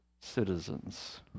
citizens